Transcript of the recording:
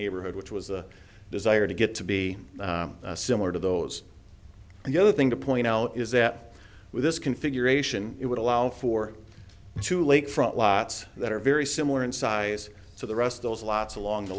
neighborhood which was a desire to get to be similar to those in the other thing to point out is that with this configuration it would allow for two lakefront lots that are very similar in size to the rest of those lots along the